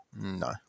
No